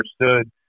understood